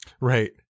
right